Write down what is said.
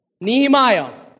Nehemiah